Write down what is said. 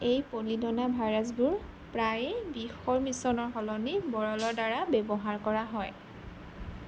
এই পলিডনাভাইৰাছবোৰ প্ৰায়ে বিষৰ মিশ্ৰণৰ সলনি বৰলৰ দ্বাৰা ব্যৱহাৰ কৰা হয়